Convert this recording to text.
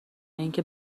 اینکه